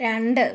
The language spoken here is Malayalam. രണ്ട്